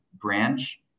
branch